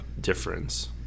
difference